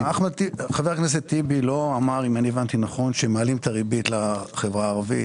חבר הכנסת אחמד טיבי לא אמר שמעלים את הריבית לחברה הערבית.